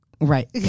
right